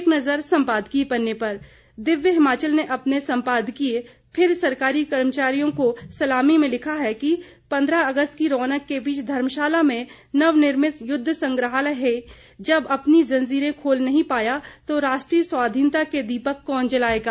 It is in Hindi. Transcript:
एक नजर संपादकीय पर दिव्य हिमाचल ने अपने संपादकीय फिर सरकारी कर्मियों को सलामी में लिखा है कि पंद्रह अगस्त की रौनक के बीच धर्मशाला में नवनिर्भित युद्ध संग्रहालय ही जब अपनी जंजीरें नहीं खोल पाया तो राष्ट्रीय स्वाधीनता के दीपक कौन जलाएगा